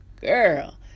girl